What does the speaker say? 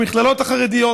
במכללות החרדיות.